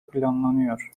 planlanıyor